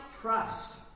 trust